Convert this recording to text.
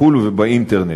בחו"ל ובאינטרנט.